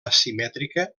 asimètrica